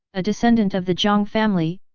a descendant of the jiang family,